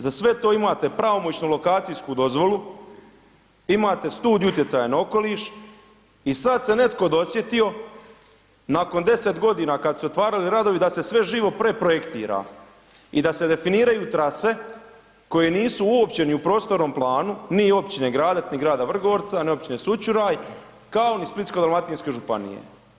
Za sve to imate pravomoćnu lokacijsku dozvolu, imate studiju utjecaja na okoliš i sad se netko dosjetio nakon 10 godina kad su se otvarali radovi da se sve živo preprojektira i da se definiraju trase koje nisu uopće ni u prostornom planu, ni općine Gradac, ni grada Vrgorca, ni općine Sućuraj, kao ni Splitsko-dalmatinske županije.